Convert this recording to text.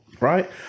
Right